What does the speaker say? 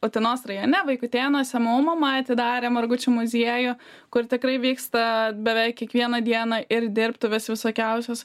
utenos rajone vaikutėnuose mano mama atidarė margučių muziejų kur tikrai vyksta beveik kiekvieną dieną ir dirbtuvės visokiausios